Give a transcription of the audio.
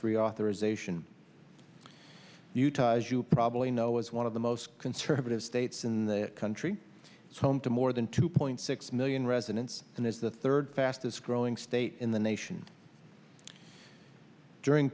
reauthorization utah as you probably know as one of the most conservative states in the country is home to more than two point six million residents and is the third fastest growing state in the nation during